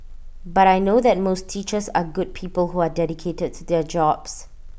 but I know that most teachers are good people who are dedicated to their jobs